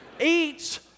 eats